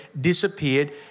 disappeared